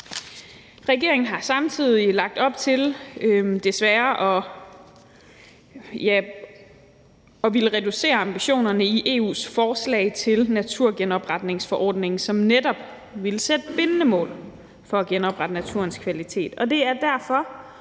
Regeringen har samtidig lagt op til, desværre, at ville reducere ambitionerne i EU's forslag til naturgenopretningsforordningen, som netop ville sætte bindende mål for at genoprette naturens kvalitet,